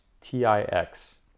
t-i-x